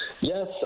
Yes